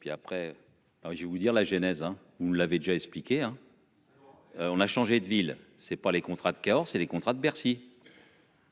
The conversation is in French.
Puis après alors je vais vous dire la genèse, hein, vous l'avez déjà expliqué hein. On a changé de ville c'est pas les contrats de Cahors c'est les contrats de Bercy.--